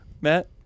Matt